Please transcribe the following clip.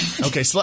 Okay